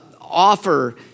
offer